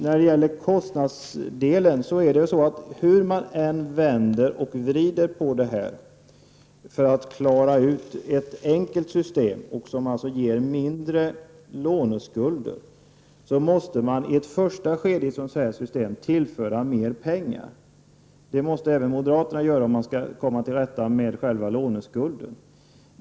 När det gäller kostnadsdelen vill jag påstå att hur man än vrider och vänder på det måste man, för att skapa ett enkelt system som ger mindre låneskulder, i ett första skede tillföra mer pengar. Det måste även moderaterna göra om man vill komma till rätta med själva låneskulden.